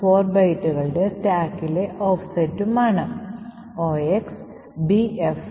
അത്തരം ആപ്ലിക്കേഷനുകളിൽ code execute ചെയ്യുന്നതിന് മുമ്പ് സ്റ്റാക്കിൽ നിർമ്മിക്കുന്നു